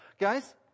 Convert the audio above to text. guys